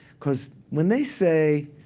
because when they say,